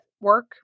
work